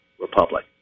republic